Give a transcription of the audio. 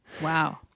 Wow